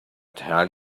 tell